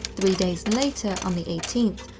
three days later, on the eighteenth,